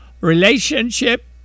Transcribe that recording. relationship